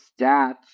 stats